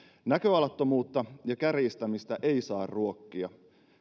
näköalattomuutta ja kärjistämistä ei saa ruokkia